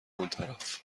اونطرف